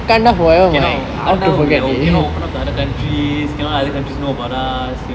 cannot wakanda will be always cannot open up to other countries cannot let other countries know about us